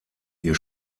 ihr